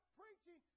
preaching